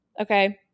Okay